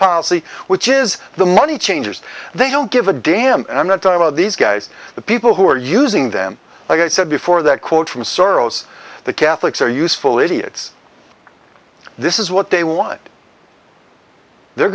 policy which is the money changers they don't give a damn and i'm not about these guys the people who are using them like i said before that quote from searles the catholics are useful idiots this is what they want they're